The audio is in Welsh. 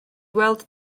weld